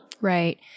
Right